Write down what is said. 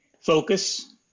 focus